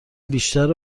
بیشتر